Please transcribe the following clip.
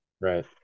right